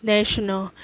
National